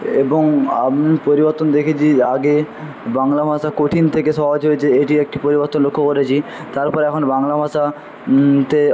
এবং আমি পরিবর্তন দেখেছি আগে বাংলা ভাষা কঠিন থেকে সহজ হয়েছে এটি একটি পরিবর্তন লক্ষ্য করেছি তারপরে এখন বাংলা ভাষা তে